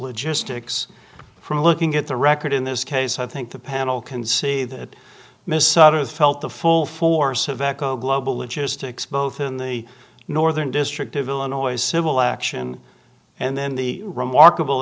logistics from looking at the record in this case i think the panel can see that misato felt the full force of echo global logistics both in the northern district of illinois civil action and then the remarkable